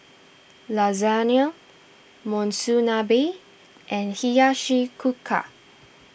Lasagna Monsunabe and Hiyashi Chuka